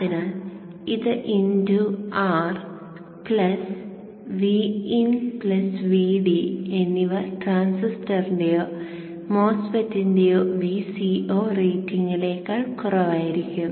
അതിനാൽ ഇത് into R plus Vin Vd എന്നിവ ട്രാൻസിസ്റ്ററിന്റെയോ MOSFET ന്റെയോ Vceo റേറ്റിംഗിനെക്കാൾ കുറവായിരിക്കണം